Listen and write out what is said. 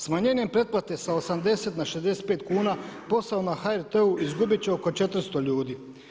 Smanjenjem pretplate sa 80 na 65 kuna posao na HRT-u izgubit će oko 400 ljudi.